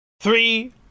three